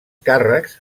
càrrecs